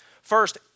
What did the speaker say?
First